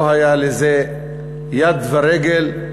לא היה לזה יד ורגל,